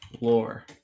lore